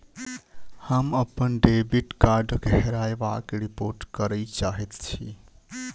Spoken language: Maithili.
हम अप्पन डेबिट कार्डक हेराबयक रिपोर्ट करय चाहइत छि